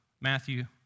Matthew